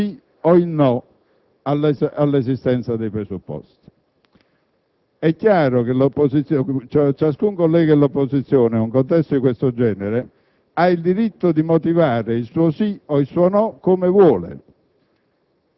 il Presidente ha messo in votazione solo il sì o il no all'esistenza dei presupposti. È chiaro che ciascun collega dell'opposizione, in un contesto di questo genere,